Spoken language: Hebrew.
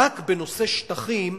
רק בנושא שטחים,